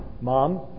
mom